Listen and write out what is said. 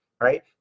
right